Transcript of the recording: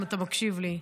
אם אתה מקשיב לי: